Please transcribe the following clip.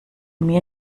mir